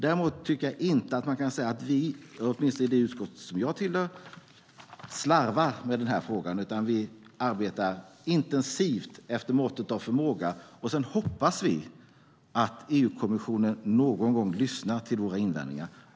Däremot tycker jag inte att man kan säga att vi, åtminstone det utskott som jag tillhör, slarvar med den här frågan, utan vi arbetar intensivt efter måttet av förmåga. Sedan hoppas vi att EU-kommissionen någon gång lyssnar till våra invändningar.